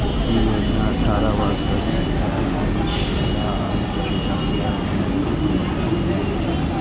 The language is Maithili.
ई योजना अठारह वर्ष सं अधिक उम्र के महिला आ अनुसूचित जाति आ जनजाति के उद्यमी लेल छै